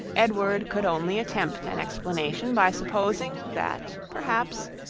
edward could only attempt an explanation by supposing, that, perhaps,